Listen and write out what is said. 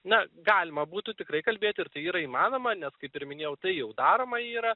na galima būtų tikrai kalbėti ir tai yra įmanoma nes kaip ir minėjau tai jau daroma yra